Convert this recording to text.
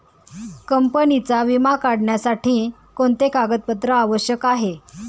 कंपनीचा विमा काढण्यासाठी कोणते कागदपत्रे आवश्यक आहे?